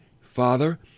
father